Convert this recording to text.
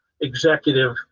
executive